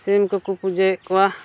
ᱥᱤᱢ ᱠᱚᱠᱚ ᱯᱩᱡᱟᱹᱭᱮᱫ ᱠᱚᱣᱟ